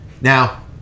Now